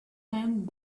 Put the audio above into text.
tend